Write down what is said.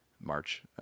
March